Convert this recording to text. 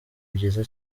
byiza